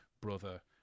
brother